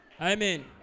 Amen